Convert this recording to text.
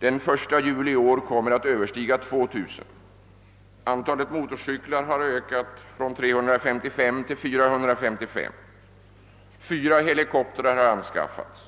den 1 juli i år kommer att överstiga 2 000. Antalet motorcyklar har ökats från 355 till 455, och fyra helikoptrar har anskaffats.